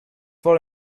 for